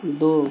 दो